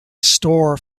store